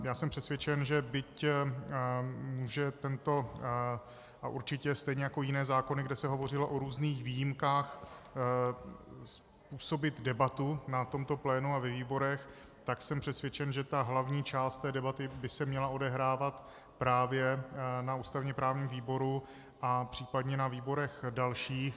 Já jsem přesvědčen, že byť může tento, a určitě, stejně jako jiné zákony, kde se hovořilo o různých výjimkách, způsobit debatu na tomto plénu a ve výborech, tak jsem přesvědčen, že hlavní část debaty by se měla odehrávat právě na ústavněprávním výboru a případně na výborech dalších.